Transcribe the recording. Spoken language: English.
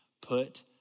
put